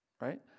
Right